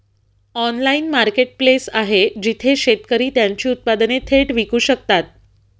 Online marketplace आहे जिथे शेतकरी त्यांची उत्पादने थेट विकू शकतात?